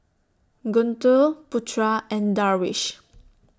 Guntur Putra and Darwish